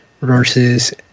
versus